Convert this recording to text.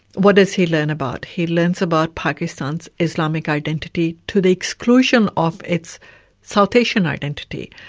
what does he learn about? he learns about pakistan's islamic identity to the exclusion of its south asian identity.